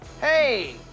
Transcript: Hey